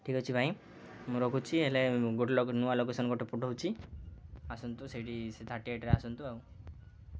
ଠିକ୍ ଅଛି ଭାଇ ମୁଁ ରଖୁଛି ହେଲେ ଗୋଟେ ଲ ନୂଆ ଲୋକେସନ୍ ଗୋଟେ ପଠଉଛି ଆସନ୍ତୁ ସେଇଠି ସେ ଥାର୍ଟି ଏଇଟ୍ରେ ଆସନ୍ତୁ ଆଉ